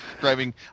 driving